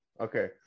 Okay